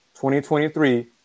2023